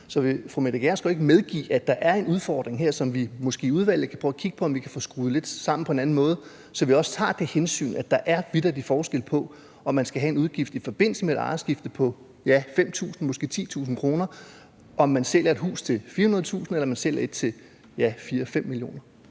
Så vil fru Mette Gjerskov ikke medgive, at der er en udfordring her, som vi i udvalget måske kan prøve at kigge på, så vi kan få skruet det sammen på en lidt anden måde, så vi også tager det hensy? For der er vitterlig forskel på, at man skal have en udgift i forbindelse med et ejerskifte på, ja, 5.000 kr., måske 10.000 kr., når man sælger et hus til 400.000 kr., og når man sælger et til 4-5 mio.